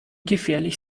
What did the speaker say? gefährlich